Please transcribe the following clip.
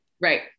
Right